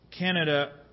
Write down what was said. Canada